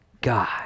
God